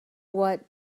what